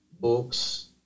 Books